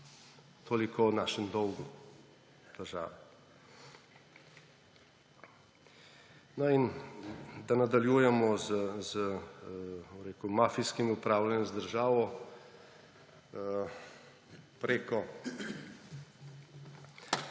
toliko o našem dolgu države. No in da nadaljujemo z, bom rekel, mafijskim upravljanjem z državo prek